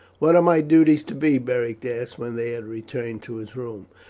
what are my duties to be? beric asked when they had returned to his room,